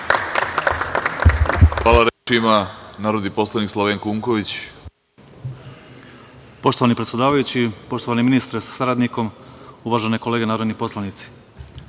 Hvala. Reč ima narodni poslanik Slavenko Unković. **Slavenko Unković** Poštovani predsedavajući, poštovani ministre sa saradnikom, uvažene kolege narodni poslanici,